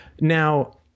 Now